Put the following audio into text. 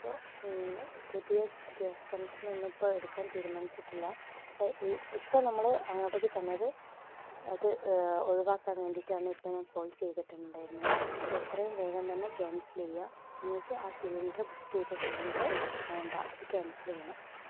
അപ്പം പുതിയ ഗ്യാസ് കണക്ഷനൊന്നും ഇപ്പം എടുക്കാൻ തീരുമാനിച്ചിട്ടില്ല അപ്പം ഈ ഇപ്പം നമ്മൾ അങ്ങോട്ടേക്ക് തന്നത് അത് ഒഴിവാക്കാൻ വേണ്ടിയിട്ടാണ് ഇപ്പം ഞാൻ കോൾ ചെയ്തിട്ടുണ്ടായിരുന്നത് അത് എത്രയും വേഗം തന്നെ ക്യാൻസൽ ചെയ്യുക ഞങ്ങൾക്ക് ആ സിലിണ്ടറ് ബുക്ക് ചെയ്ത സിലിണ്ടറ് വേണ്ട അത് ക്യാൻസൽ ചെയ്യണം